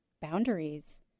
boundaries